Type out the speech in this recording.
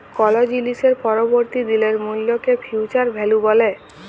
call জিলিসের পরবর্তী দিলের মূল্যকে ফিউচার ভ্যালু ব্যলে